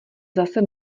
zase